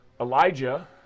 Elijah